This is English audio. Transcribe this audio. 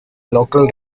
local